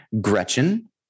Gretchen